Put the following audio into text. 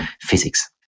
physics